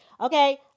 Okay